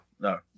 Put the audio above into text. No